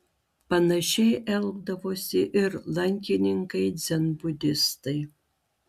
panašiai elgdavosi ir lankininkai dzenbudistai